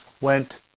went